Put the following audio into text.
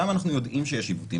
שם אנחנו יודעים שיש עיוותים,